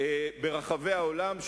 ברחבי העולם,